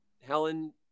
Helen